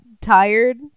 tired